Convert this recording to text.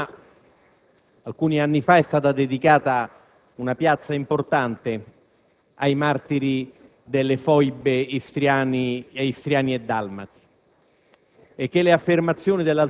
Ricordo che a Roma, alcuni anni fa, è stata dedicata una piazza importante ai martiri delle foibe istriani e dalmati.